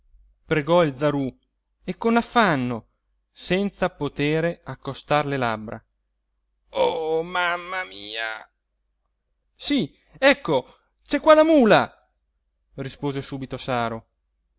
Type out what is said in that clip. il zarú e con affanno senza potere accostar le labbra oh mamma mia sí ecco c'è qua la mula rispose subito saro